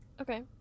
Okay